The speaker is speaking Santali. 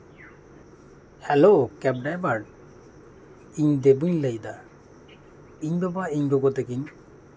ᱦᱮᱞᱳᱼᱳ ᱠᱮᱵ ᱰᱨᱟᱭᱵᱷᱟᱨ ᱤᱧ ᱫᱮᱵᱩᱧ ᱞᱟᱹᱭ ᱮᱫᱟ ᱤᱧ ᱵᱟᱵᱟ ᱤᱧ ᱜᱚᱜᱚ ᱛᱟᱠᱤᱱ